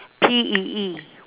P E E